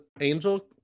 angel